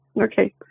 okay